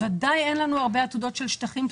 אנחנו שמחות מאוד ש"קשת מודיעין"